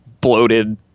bloated